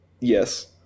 Yes